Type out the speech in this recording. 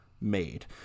made